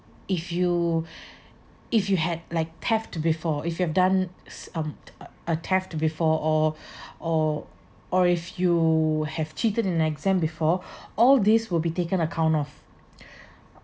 if you if you had like theft before if you have done some t~ uh theft before or or or if you have cheated in exam before all this will be taken account of